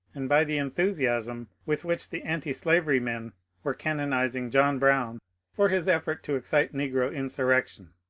and by the enthusiasm with which the antislavery men were canonizing john brown for his effort to excite negro insur rection.